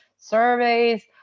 surveys